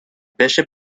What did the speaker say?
bishop